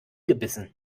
gebissen